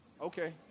Okay